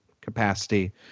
capacity